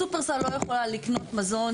שופרסל לא יכולה לקנות מזון,